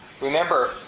remember